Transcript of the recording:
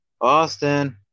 Austin